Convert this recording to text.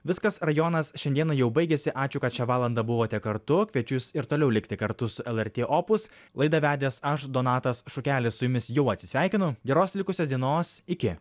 viskas rajonas šiandieną jau baigėsi ačiū kad šią valandą buvote kartu kviečiu jus ir toliau likti kartu su lrt opus laidą vedęs aš donatas šukelis su jumis jau atsisveikinu geros likusios dienos iki